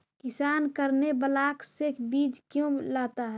किसान करने ब्लाक से बीज क्यों लाता है?